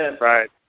Right